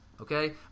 Okay